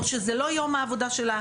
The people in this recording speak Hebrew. או שזה לא יום העבודה שלה,